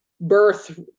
birth